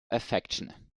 affection